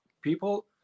people